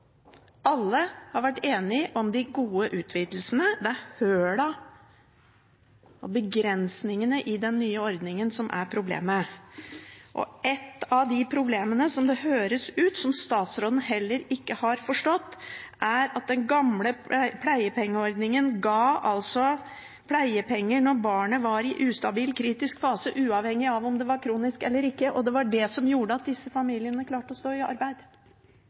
Alle har vært enige om de gode utvidelsene. Det er hullene og begrensningene i den nye ordningen som er problemet. Et av problemene som det høres ut som om statsråden heller ikke har forstått, er at den gamle pleiepengeordningen ga pleiepenger når barnet var i en ustabil, kritisk fase, uavhengig av om det var kronisk eller ikke, og det var det som gjorde at disse familiene klarte å stå i arbeid.